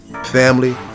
family